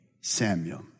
Samuel